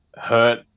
hurt